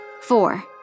Four